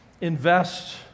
invest